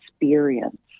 experience